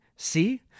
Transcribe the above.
See